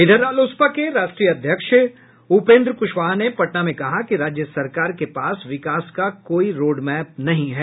इधर रालोसपा के राष्ट्रीय अध्यक्ष उपेंद्र कुशवाहा ने पटना में कहा कि राज्य सरकार के पास विकास का कोई रोडमैप नहीं है